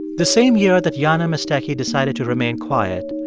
the same year that jana mestecky decided to remain quiet,